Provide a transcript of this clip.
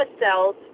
cells